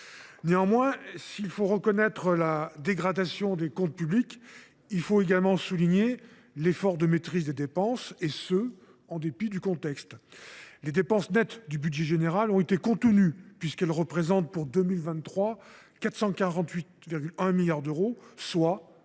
prévu. S’il faut reconnaître la dégradation des comptes publics, il faut également souligner l’effort de maîtrise des dépenses,… Ah bon !… en dépit du contexte. Les dépenses nettes du budget général ont été contenues, puisqu’elles s’établissent, en 2023, à 448,1 milliards d’euros, soit 6,4